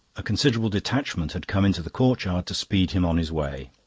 a considerable detachment had come into the courtyard to speed him on his way